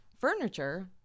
furniture